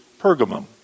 Pergamum